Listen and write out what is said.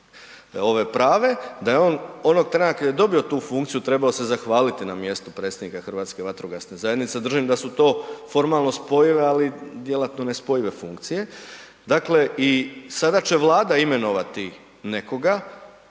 prave, da je on onog trena kada je dobio tu funkciju trebao se zahvaliti na mjestu predsjednika Hrvatske vatrogasne zajednice. Držim da su to formalno spojive, ali djelatno nespojive funkcije. Dakle, sada će Vlada imenovati nekoga